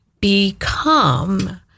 become